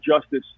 justice